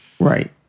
Right